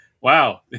Wow